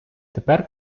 тепер